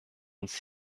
uns